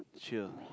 chill